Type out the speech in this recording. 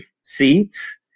seats